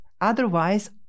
Otherwise